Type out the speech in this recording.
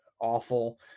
awful